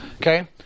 okay